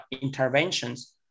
interventions